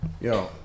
Yo